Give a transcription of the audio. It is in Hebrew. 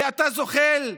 ואתה זוחל,